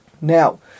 Now